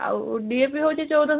ଆଉ D A P ହେଉଛି ଚଉଦଶହ